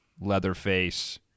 Leatherface